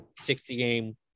60-game